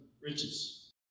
riches